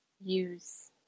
use